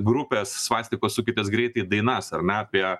grupės svastikos sukitės greitai dainas ar ne apie